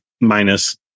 minus